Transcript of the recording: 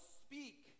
speak